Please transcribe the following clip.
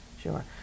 sure